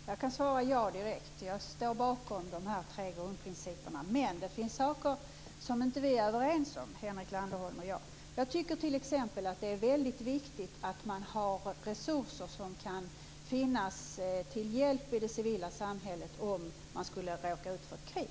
Fru talman! Jag kan svara ja direkt. Jag står bakom dessa tre grundprinciper. Men det finns saker som Henrik Landerholm och jag inte är överens om. Jag tycker t.ex. att det är väldigt viktigt att man har resurser som kan vara till hjälp i det civila samhället om man skulle råka ut för ett krig.